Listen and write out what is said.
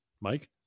Mike